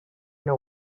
know